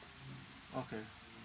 okay